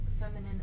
feminine